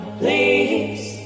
please